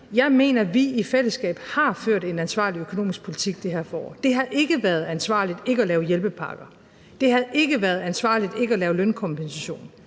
Jeg mener, at vi i fællesskab har ført en ansvarlig økonomisk politik i det her forår. Det havde ikke været ansvarligt ikke at lave hjælpepakker. Det havde ikke været ansvarligt ikke at lave lønkompensation.